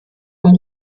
vom